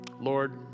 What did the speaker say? Lord